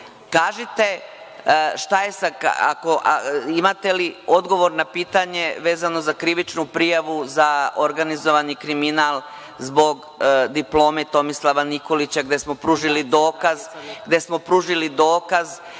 – imate li odgovor na pitanje vezano za krivičnu prijavu za organizovani kriminal zbog diplome Tomislava Nikolića, gde smo pružili dokaz da je bio